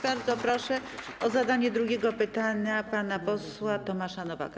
Bardzo proszę o zadanie drugiego pytania pana posła Tomasza Nowaka.